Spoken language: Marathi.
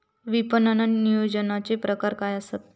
विपणन नियोजनाचे प्रकार काय आसत?